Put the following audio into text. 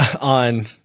on